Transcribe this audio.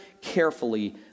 carefully